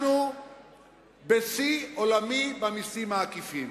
אנחנו בשיא עולמי במסים העקיפים.